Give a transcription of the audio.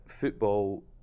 football